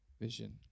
vision